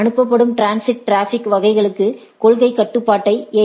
அனுப்பப்படும் transit traffic வகைகளுக்கு கொள்கை கட்டுப்பாட்டை ஏ